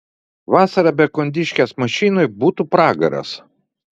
vasarą be kondiškės mašinoj būtų pragaras